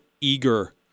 eager